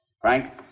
Frank